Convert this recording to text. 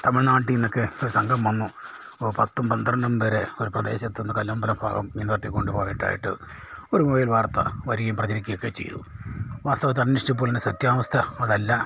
തമിഴ്നാട്ടിൽ നിന്നൊക്കെ ഒരു സംഘം വന്നു പത്തും പന്ത്രണ്ടും പേരെ ഒരു പ്രദേശത്തുനിന്ന് കല്ലമ്പലം ഭാഗം ഇങ്ങനെ തട്ടികൊണ്ടുപോയിട്ട് ആയിട്ട് ഒരു പുതിയ വാർത്ത വരികയും പ്രചരിക്കുകയൊക്കെ ചെയ്തു വാസ്തവത്തിൽ അന്വേഷിച്ചപ്പോൾ ഇതിൻ്റെ സത്യാവസ്ഥ അതല്ല